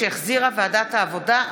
שהחזירה ועדת העבודה,